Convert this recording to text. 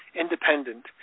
independent